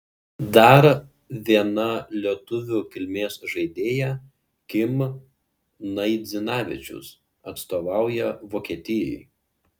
dar viena lietuvių kilmės žaidėja kim naidzinavičius atstovauja vokietijai